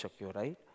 right